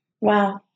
Wow